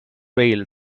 rail